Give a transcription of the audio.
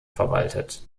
verwaltet